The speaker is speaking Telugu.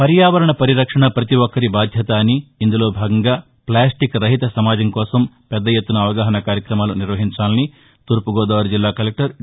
పర్యావరణ పరిరక్షణ ప్రతి ఒక్కరి బాధ్యత అని ఇందులో భాగంగా ఫ్లాస్టిక్ రహిత సమాజం కోసం పెద్దయెత్తున అవగాహస కార్యక్రమాలు నిర్వహించాలని తూర్పుగోదావరి జిల్లా కలెక్టర్ డి